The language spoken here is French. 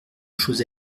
chose